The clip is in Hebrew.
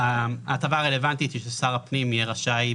ההטבה הרלוונטית היא ששר הפנים יהיה רשאי,